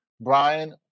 Brian